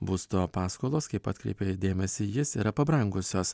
būsto paskolos kaip atkreipė dėmesį jis yra pabrangusios